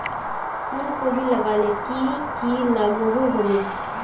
फूलकोबी लगाले की की लागोहो होबे?